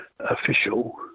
official